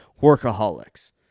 Workaholics